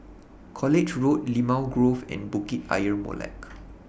College Road Limau Grove and Bukit Ayer Molek